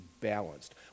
balanced